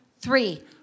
three